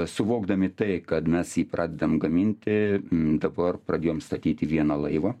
suvokdami tai kad mes jį pradedam gaminti dabar pradėjom statyti vieną laivą